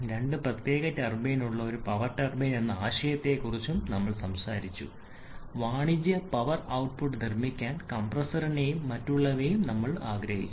രണ്ട് പ്രത്യേക ടർബൈൻ ഉള്ള ഒരു പവർ ടർബൈൻ എന്ന ആശയത്തെക്കുറിച്ച് നമ്മൾ സംസാരിച്ചു വാണിജ്യ പവർ ഔട്ട്പുട്ട് നിർമ്മിക്കാൻ കംപ്രസ്സറിനെയും മറ്റുള്ളവയെയും ഓടിക്കാൻ ആഗ്രഹിക്കുന്നു